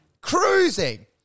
Cruising